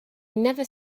never